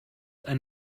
ein